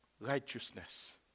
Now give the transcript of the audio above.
righteousness